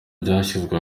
ryashyizwe